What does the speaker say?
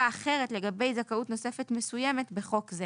אחרת לגבי זכאות נוספת מסוימת בחוק זה.